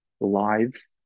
lives